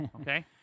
Okay